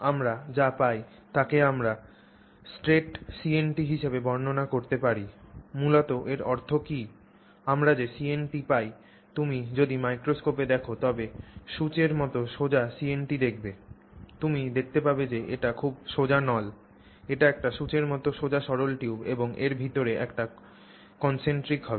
আমরা যা পাই তাকে আমরা স্ট্রেট সিএনটি হিসাবে বর্ণনা করতে পারি মূলত এর অর্থ কী আমরা যে সিএনটি পাই তুমি যদি মাইক্রোস্কোপে দেখ তবে সুচ এর মতো সোজা সিএনটি দেখবে তুমি দেখতে পাবে যে এটি খুব সোজা নল একটি সূঁচের মত সোজা সরল টিউব এবং এর ভিতরে এটি concentric হবে